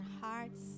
hearts